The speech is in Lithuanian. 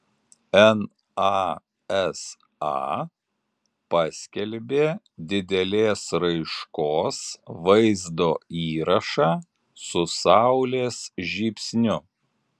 nasa paskelbė didelės raiškos vaizdo įrašą su saulės žybsniu